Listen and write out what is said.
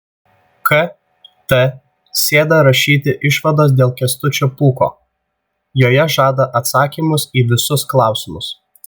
kt sėda rašyti išvados dėl kęstučio pūko joje žada atsakymus į visus klausimus